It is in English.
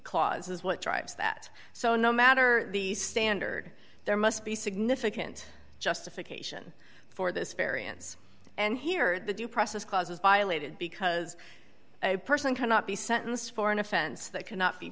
clause is what drives that so no matter the standard there must be significant justification for this variance and here the due process clause is violated because a person cannot be sentenced for an offense that cannot be